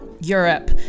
Europe